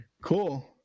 Cool